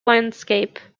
landscape